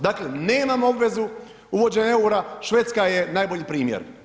Dakle nemamo obvezu uvođenja eura, Švedska je najbolji primjer.